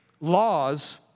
laws